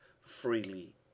freely